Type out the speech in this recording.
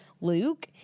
luke